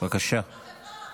זה לא קשור.